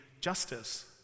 justice